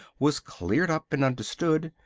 was cleaned up and understood.